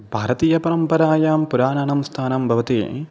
भारतीयपरम्परायां पुराणानां स्थानं भवति